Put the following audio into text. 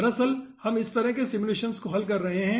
दरअसल हम इस तरह के सिमुलेशन को हल कर रहे हैं